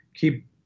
keep